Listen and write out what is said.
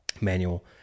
manual